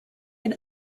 been